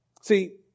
See